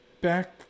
back